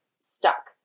stuck